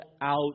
out